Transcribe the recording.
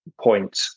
point